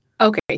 Okay